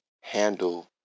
handle